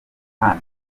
nta